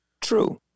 True